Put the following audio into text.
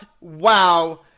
wow